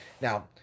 Now